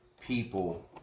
people